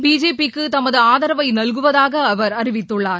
பிஜேபிக்கு தமது ஆதரவை நல்குவதாக அவர் அறிவித்துள்ளார்